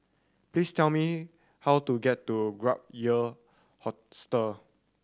please tell me how to get to Gap Year Hostel